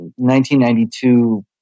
1992